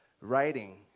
writing